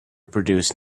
produce